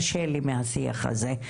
קשה לי מהשיח הזה.